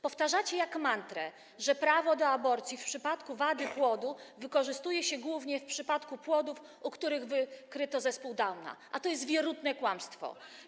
Powtarzacie jak mantrę, że prawo do aborcji w przypadku wady płodu wykorzystuje się głównie w przypadku płodów, u których wykryto zespół Downa, a to jest wierutne kłamstwo.